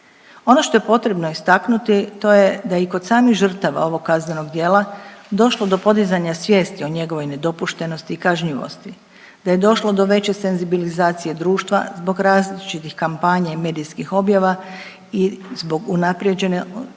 ono što je potrebno istaknuti to je da i kod samih žrtava ovog kaznenog djela došlo do podizanja svijesti o njegovoj nedopuštenosti i kažnjivosti, da je došlo do veće senzibilizacije društva zbog različitih kampanja i medijskih objava i zbog unaprijeđenog